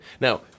Now